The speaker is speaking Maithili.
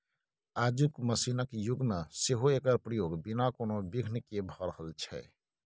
आजुक मशीनक युग मे सेहो एकर प्रयोग बिना कोनो बिघ्न केँ भ रहल छै